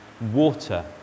water